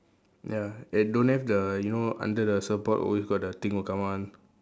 ya and don't have the you know under the support always got the thing will come up one